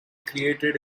created